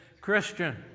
Christian